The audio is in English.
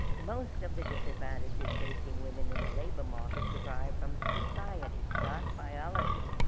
most of the disadvantages facing women in the labor market derived from society not biology.